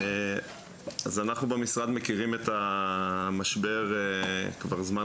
אז אנחנו במשרד מכירים את המשבר כבר זמן